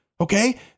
Okay